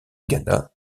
ghana